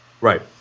Right